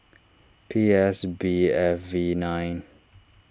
P S B F V nine